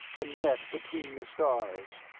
the net between the stars.